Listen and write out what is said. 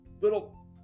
little